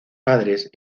padres